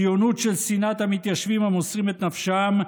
ציונות של שנאת המתיישבים המוסרים את נפשם,